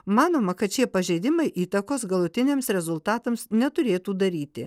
manoma kad šie pažeidimai įtakos galutiniams rezultatams neturėtų daryti